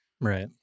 right